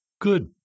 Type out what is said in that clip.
Good